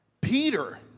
Peter